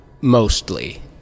mostly